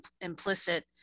implicit